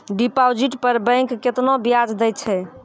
Deposit पर bank केतना ब्याज दै छै?